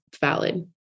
valid